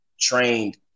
trained